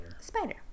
Spider